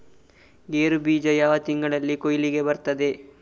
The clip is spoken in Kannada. ಗೇರು ಬೀಜ ಯಾವ ತಿಂಗಳಲ್ಲಿ ಕೊಯ್ಲಿಗೆ ಬರ್ತದೆ?